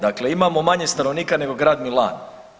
Dakle, imamo manje stanovnika nego grad Milano.